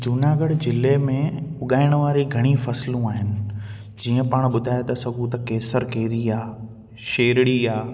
जूनागढ़ ज़िले में उगाइण वारी घणियूं फ़सलूं आहिनि जीअं पाण ॿुधाए था सघूं त केसर कैरी आहे शेरड़ी